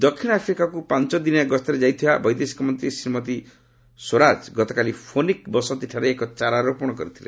ଦକ୍ଷିଣ ଆଫ୍ରିକାକୁ ପାଞ୍ଚ ଦିନିଆ ଗସ୍ତରେ ଯାଇଥିବା ବୈଦେଶିକ ମନ୍ତ୍ରୀ ଶ୍ରୀମତୀ ସୁଷମା ସ୍ୱରାଜ ଗତକାଲି ଫୋନିକ୍ ବସତିଠାରେ ଏକ ଚାରା ରୋପଣ କରିଥିଲେ